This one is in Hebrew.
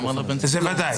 זה ודאי.